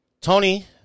Tony